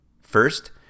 first